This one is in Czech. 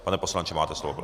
Pane poslanče, máte slovo.